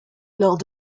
lors